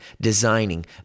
designing